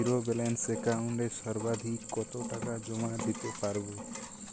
Zero balance একাউন্টে সর্বাধিক কত টাকা জমা দিতে পারব?